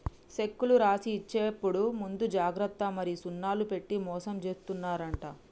సెక్కులు రాసి ఇచ్చేప్పుడు ముందు జాగ్రత్త మరి సున్నాలు పెట్టి మోసం జేత్తున్నరంట